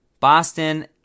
Boston